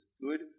good